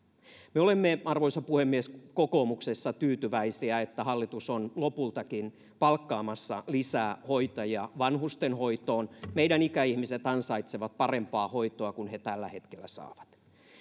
me olemme kokoomuksessa tyytyväisiä että hallitus on lopultakin palkkaamassa lisää hoitajia vanhustenhoitoon meidän ikäihmiset ansaitsevat parempaa hoitoa kuin he tällä hetkellä saavat